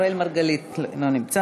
אראל מרגלית, אינו נוכח.